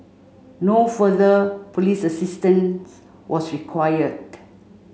no further police assistance was required